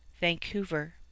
Vancouver